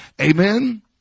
amen